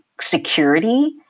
security